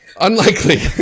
Unlikely